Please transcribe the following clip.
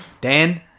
Dan